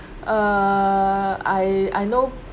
err I I know